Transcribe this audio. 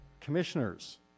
Commissioners